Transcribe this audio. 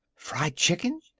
fried chicken!